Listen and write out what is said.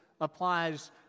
applies